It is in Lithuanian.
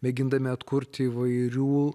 mėgindami atkurti įvairių